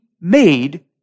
made